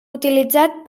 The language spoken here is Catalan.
utilitzat